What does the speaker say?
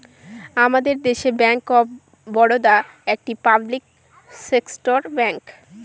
আমাদের দেশে bank of Baroda একটি পাবলিক সেক্টর ব্যাঙ্ক